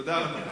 תודה.